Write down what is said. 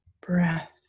breath